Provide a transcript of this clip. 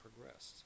progressed